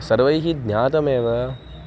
सर्वैः ज्ञातमेव